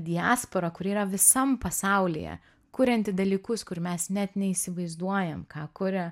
diasporą kuri yra visam pasaulyje kurianti dalykus kur mes net neįsivaizduojam ką kuria